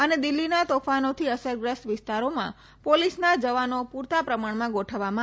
અને દિલ્હીના તોફાનોથી અસરગ્રસ્ત વિસ્તારોમાં પોલીસના જવાનો પુરતા પ્રમાણમાં ગોઠવવામાં આવ્યા છે